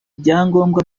byangombwa